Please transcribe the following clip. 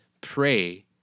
pray